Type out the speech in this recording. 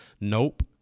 Nope